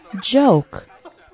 joke